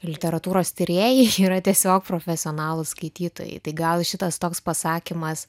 literatūros tyrėjai yra tiesiog profesionalūs skaitytojai tai gal šitas toks pasakymas